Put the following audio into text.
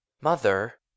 Mother